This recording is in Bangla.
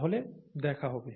তাহলে দেখা হবে